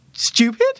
Stupid